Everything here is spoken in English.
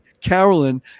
Carolyn